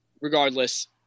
Regardless